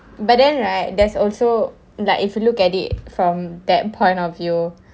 but then right there's also like if you look at it from that point of view